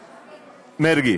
מרגי,